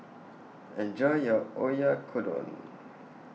Enjoy your Oyakodon